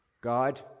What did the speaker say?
God